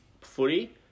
footy